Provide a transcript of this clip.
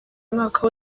umwaka